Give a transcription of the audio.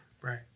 Right